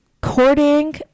courting